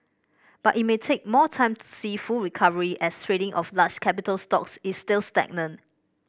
but it may take more time to see full recovery as trading of large capital stocks is still stagnant